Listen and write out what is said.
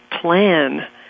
plan